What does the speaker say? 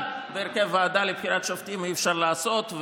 בהרכב לוועדה לבחירת שופטים אי-אפשר לעשות,